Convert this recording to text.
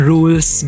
Rules